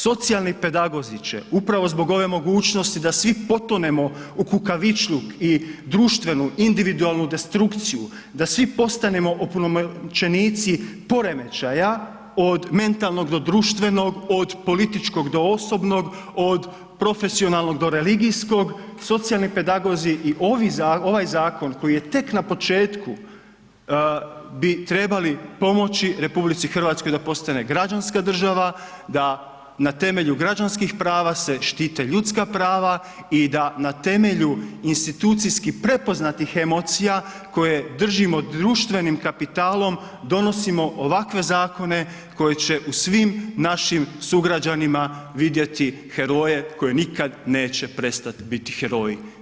Socijalni pedagozi će upravo zbog ove mogućnosti da svi potonemo u kukavičluk i društvenu individualnu destrukciju, da svi postanemo opunomoćenici poremećaja od mentalnog do društvenog od političkog do osobnog, od profesionalnog do religijskog, socijalni pedagozi i ovaj zakon koji je tek na početku bi trebali pomoći RH da postane građanska država da na temelju građanskih prava se štite ljudska prava i da na temelju institucijski prepoznatih emocija koje držimo društvenim kapitalom donosimo ovakve zakone koji će u svim našim sugrađanima vidjeti heroje koji nikad neće prestati biti heroji.